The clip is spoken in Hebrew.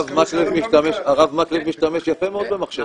הרב מקלב משתמש יפה מאוד במחשב.